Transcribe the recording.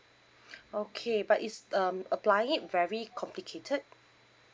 okay but is um applying it very complicated